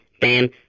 Bam